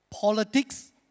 politics